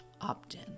opt-in